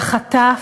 בחטף,